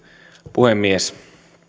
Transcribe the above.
puhemies